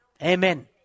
Amen